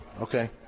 Okay